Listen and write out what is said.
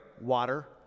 water